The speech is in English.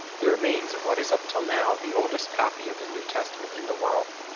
the remains of what is up till now the oldest copy of the new testament in the world.